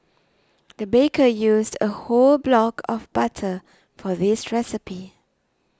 the baker used a whole block of butter for this recipe